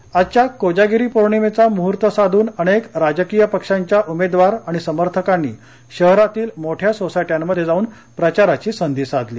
प्रचार आजच्या कोजागरी पौर्णिमेचा मुहूर्त साधून अनेक राजकीय पक्षांच्या उमेदवार आणि समर्थकांनी शहरातील मोठ्या सोसाय ब्रांमध्ये जाऊन प्रचाराची संधी साधली